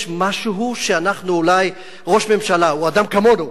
יש משהו שאנחנו אולי, ראש ממשלה הוא אדם כמונו,